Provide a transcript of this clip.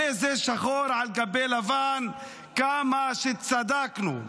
הרי זה שחור על גבי לבן, כמה שצדקנו.